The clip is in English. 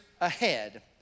ahead